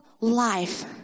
life